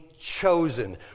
chosen